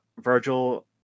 Virgil